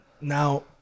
Now